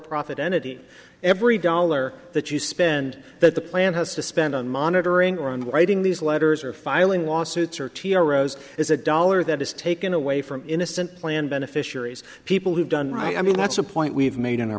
profit entity every dollar that you spend that the plant has to spend on monitoring or on writing these letters or filing lawsuits or tiaras is a dollar that is taken away from innocent plan beneficiaries people who've done right i mean that's a point we've made in our